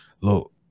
Look